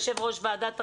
יושב-ראש ועדת החינוך.